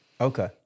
Okay